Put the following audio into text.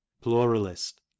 Pluralist